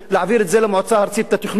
להעביר את זה למועצה הארצית לתכנון,